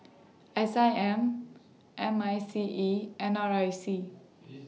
S I M M I C E N R I C